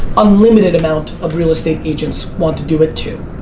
unlimited amount of real estate agents want to do it to.